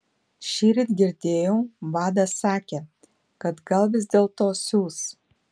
šįryt girdėjau vadas sakė kad gal vis dėlto siųs